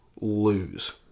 lose